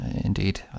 indeed